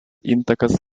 intakas